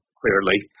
clearly